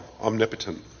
omnipotent